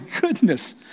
goodness